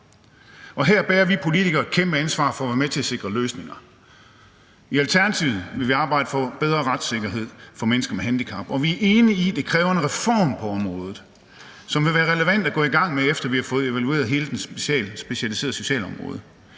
Og her bærer vi politikere et kæmpe ansvar for at være med til at sikre løsninger. I Alternativet vil vi arbejde for bedre retssikkerhed for mennesker med handicap, og vi er enige i, at det kræver en reform på området, som vil være relevant at gå i gang med, efter vi har fået evalueret hele det specialiserede socialområde.